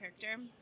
character